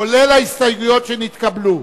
כולל ההסתייגויות שהתקבלו.